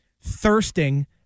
thirsting